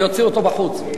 ואוציא אותו בחוץ.